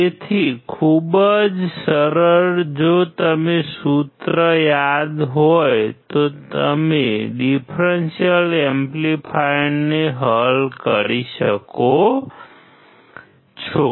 તેથી ખૂબ જ સરળ જો તમને સૂત્ર યાદ હોય તો તમે ડીફ્રેન્શિઅલ એમ્પ્લીફાયરને હલ કરી શકો છો